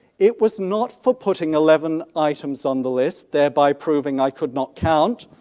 it was not for putting eleven items on the list thereby proving i could not count.